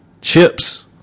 Chips